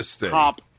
top